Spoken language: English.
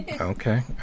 okay